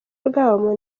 rwabo